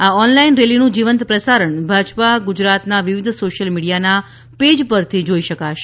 આ ઓનલાઇન રેલીનું જીવંત પ્રસારણ ભાજપા ગુજરાતના વિવિધ સોશિયલ મિડીયાના પેજ પરથી જોઇ શકાશે